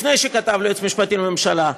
לפני שכתב ליועץ המשפטי לממשלה,